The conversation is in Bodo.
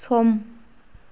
सम